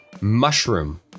Mushroom